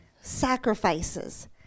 sacrifices